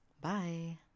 Bye